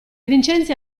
vincenzi